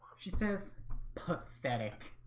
she says pathetic